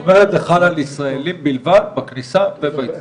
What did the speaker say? אומרת זה חל על ישראלים בלבד בכניסה וביציאה?